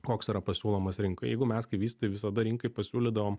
koks yra pasiūlomas rinkai jeigu mes kaip vystytojai visada rinkai pasiūlydavom